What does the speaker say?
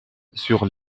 sur